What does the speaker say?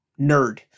nerd